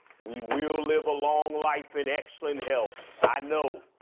we will live a long life in excellent health. i know.